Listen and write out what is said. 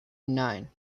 nine